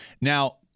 Now